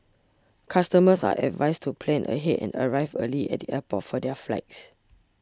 customers are advised to plan ahead and arrive early at the airport for their flights